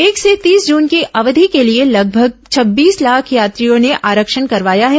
एक से तीस जून की अवधि के लिए लगभग छब्बीस लाख यात्रियों ने आरक्षण करवाया है